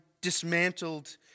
dismantled